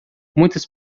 muitas